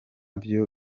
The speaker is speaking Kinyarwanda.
byo